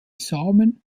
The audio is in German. samen